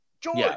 George